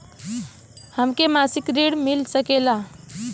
हमके मासिक ऋण मिल सकेला?